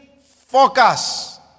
focus